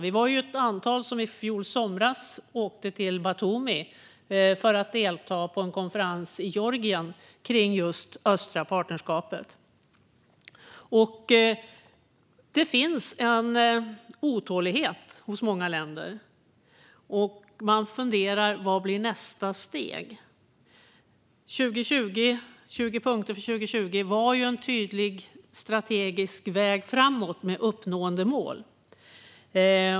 Vi var ett antal som i fjol somras åkte till Batumi i Georgien för att delta i en konferens kring just östliga partnerskapet. Det finns en otålighet i många länder, och man funderar på: Vad blir nästa steg? 20 punkter för 2020 var en tydlig strategisk väg framåt med uppnåendemål.